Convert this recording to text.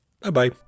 Bye-bye